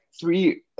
three